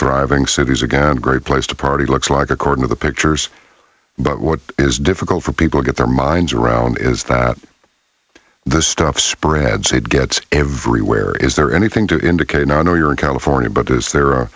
thriving cities again a great place to party looks like according to the pictures but what is difficult for people get their minds around is that the stuff spread seed gets everywhere is there anything to indicate i know you're in california but is there